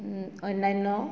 অন্যান্য